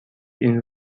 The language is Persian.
این